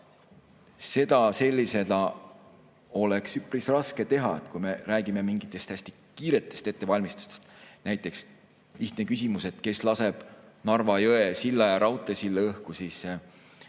Aga seda oleks sellisena üpris raske teha, kui me räägime mingitest hästi kiiretest ettevalmistustest. Näiteks lihtne küsimus: kes laseb Narva jõe silla ja raudteesilla õhku? Väga